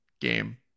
game